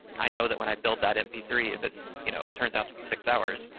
i know that when i build that m p three, if it's, you know, it turns out to be six hours,